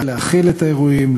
להכיל את האירועים,